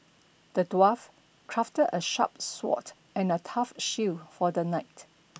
the dwarf crafted a sharp sword and a tough shield for the knight